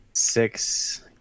Six